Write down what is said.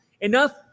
enough